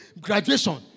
graduation